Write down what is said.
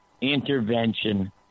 intervention